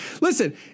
Listen